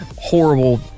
horrible